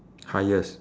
highest